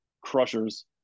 crushers